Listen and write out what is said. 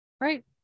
right